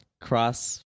cross